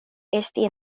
esti